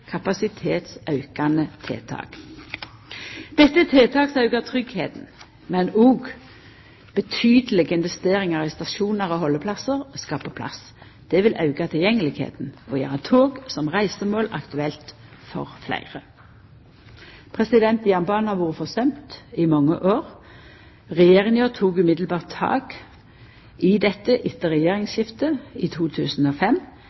rekkje kapasitetsaukande tiltak. Dette er tiltak som aukar tryggleiken, men òg monalege investeringar i stasjonar og haldeplassar skal på plass. Det vil auka tilgjenget og gjera tog som reisemåte aktuelt for fleire. Jernbanen har vore forsømt i mange år. Regjeringa tok umiddelbart tak i dette etter